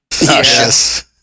Yes